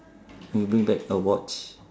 you'll bring back get a watch